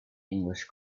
english